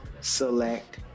select